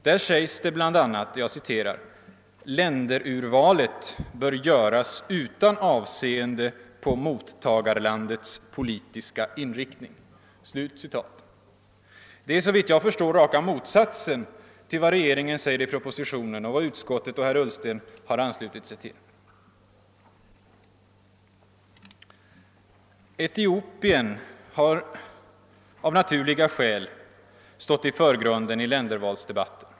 Där sägs det bl.a.: »Länderurvalet bör göras utan avseende på mottagarlandets politiska inriktning.» Det är, såvitt jag förstår, raka motsatsen till vad regeringen säger i propositionen, vilket utskottsmajoriteten och herr Ullsten har anslutit sig till. Etiopien har av naturliga skäl stått i förgrunden i ländervalsdebatten.